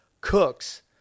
cooks